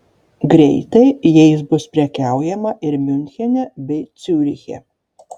greitai jais bus prekiaujama ir miunchene bei ciuriche